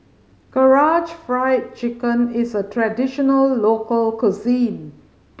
Karaage Fried Chicken is a traditional local cuisine